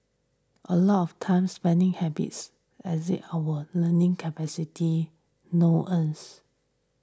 a lot of times spending habits as it award learning capability no earns